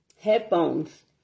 headphones